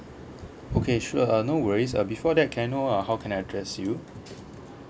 okay sure uh no worries uh before that can I know uh how can I address you